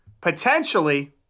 Potentially